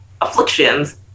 afflictions